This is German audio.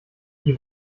die